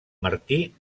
martí